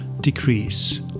decrease